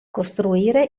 costruire